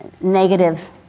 negative